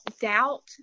doubt